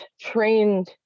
trained